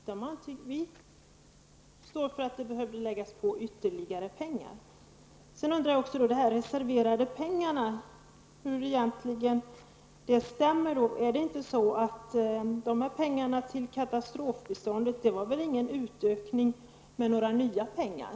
Vi står för att det behöver läggas på ytterligare pengar. Hur stämmer det egentligen med de reserverade pengarna? Pengarna till katastrofbiståndet utgjorde väl inte någon utökning med nya pengar?